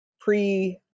pre